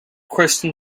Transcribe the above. christian